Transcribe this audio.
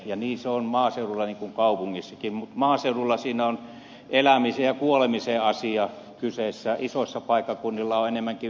ja niin se on maaseudulla kuin kaupungeissakin mutta maaseudulla siinä on elämisen ja kuolemisen asia kyseessä isoilla paikkakunnilla enemmän muutenkin kilpailutetaan